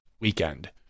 weekend